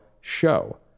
show